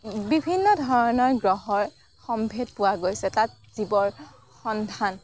বিভিন্ন ধৰণৰ গ্ৰহৰ সম্ভেদ পোৱা গৈছে তাত জীৱৰ সন্ধান